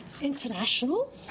international